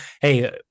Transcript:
hey